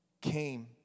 came